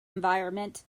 environment